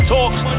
Talks